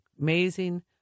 amazing